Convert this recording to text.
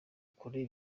kure